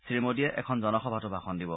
শ্ৰীমোডীয়ে এখন জনসভাতো ভাষণ দিব